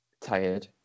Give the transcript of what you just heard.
Tired